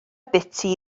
biti